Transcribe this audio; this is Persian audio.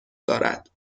دارد